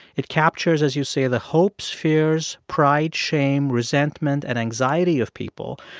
it captures, as you say, the hopes, fears, pride, shame, resentment and anxiety of people.